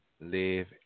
live